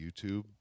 YouTube